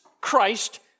Christ